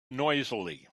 noisily